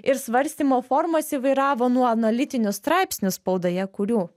ir svarstymo formos įvairavo nuo analitinių straipsnių spaudoje kurių